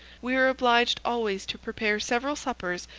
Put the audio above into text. we are obliged always to prepare several suppers,